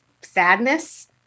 sadness